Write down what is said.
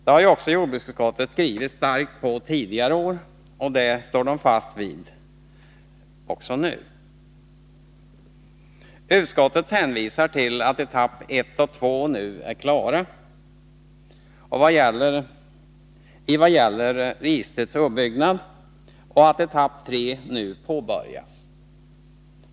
Det har också jordbruksutskottet haft starka skrivningar om tidigare år, och det står man fast vid även nu. Utskottet hänvisar till att etapperna 1 och 2 nu är klara i vad gäller registrets uppbyggnad, och att etapp 3 nu påbörjas.